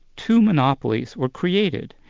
two monopolies were created,